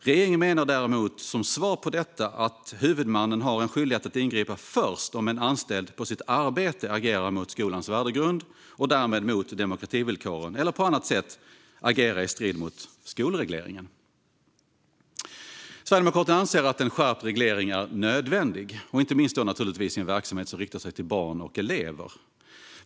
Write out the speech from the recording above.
Regeringen menar däremot, som svar på detta, att huvudmannen har en skyldighet att ingripa först om en anställd på sitt arbete agerar mot skolans värdegrund och därmed mot demokrativillkoren eller på annat sätt agerar i strid med skolregleringen. Sverigedemokraterna anser att en skärpt reglering är nödvändig, inte minst i en verksamhet som riktar sig till barn och elever.